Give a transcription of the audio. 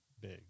big